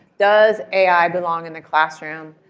does ai belong in the classroom,